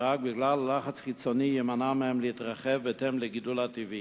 ורק בגלל לחץ חיצוני יימנע מהם להתרחב בהתאם לגידול הטבעי.